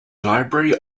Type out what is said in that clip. library